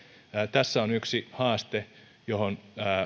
tässä on yksi haaste johon